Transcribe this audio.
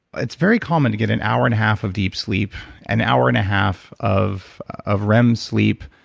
it's very common to get an hour and a half of deep sleep, an hour and a half of of rem sleep,